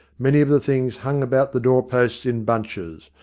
many of the things hung about the door-posts in bunches,